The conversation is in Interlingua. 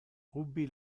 ubi